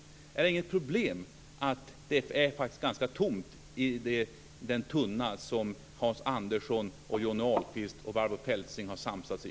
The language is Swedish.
Är det inget problem att det faktiskt är ganska tomt i den tunna som Hans Andersson, Johnny Ahlqvist och Barbro Feltzing har samsats i?